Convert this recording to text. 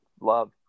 love